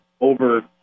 over